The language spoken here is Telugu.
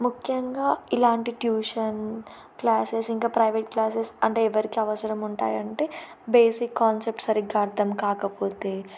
ముఖ్యంగా ఇలాంటి ట్యూషన్ క్లాసెస్ ఇంకా ప్రైవేట్ క్లాసెస్ అంటే ఎవరికీ అవసరం ఉంటాయంటే బేసిక్ కాన్సెప్ట్ సరిగ్గా అర్థం కాకపోతే